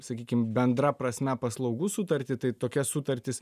sakykim bendra prasme paslaugų sutartį tai tokias sutartis